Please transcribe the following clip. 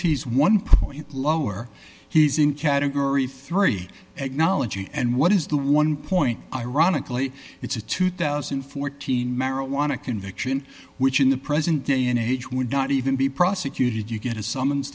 he's one point lower he's in category three acknowledging and what is the one point ironically it's a two thousand and fourteen marijuana conviction which in the present day and age would not even be prosecuted you get a summons